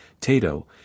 TATO